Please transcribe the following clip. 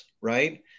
right